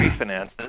refinances